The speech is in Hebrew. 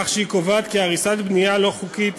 בכך שהיא קובעת כי הריסת בנייה לא חוקית